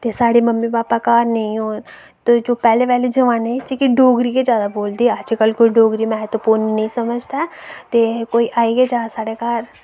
सेते साढ़े मम्मा भापा घर नेई होन पैह्ले पैह्ले जमाने च डोगरी गै जादा बोलदे हे अज्ज कल कोई डोगरी मैह्त्वपूर्ण नी समझदा ऐ ते कोई आई गै जा साढ़े घर